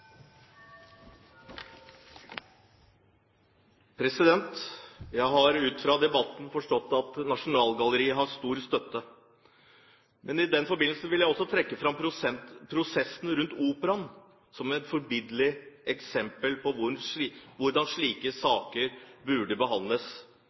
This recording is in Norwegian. ha. Jeg har ut fra debatten forstått at Nasjonalgalleriet har stor støtte. Men i den forbindelse vil jeg også trekke fram prosessen rundt operaen som et forbilledlig eksempel på hvordan slike